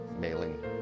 mailing